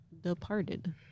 departed